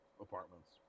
apartments